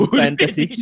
fantasy